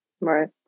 Right